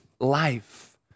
life